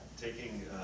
Taking